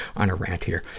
on a rant here.